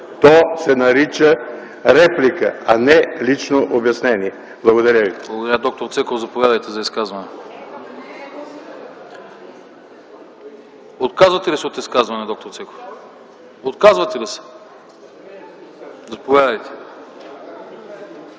то се нарича реплика, а не лично обяснение. Благодаря ви.